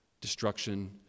destruction